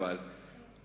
אבל,